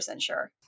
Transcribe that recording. sure